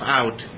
out